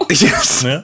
Yes